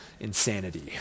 insanity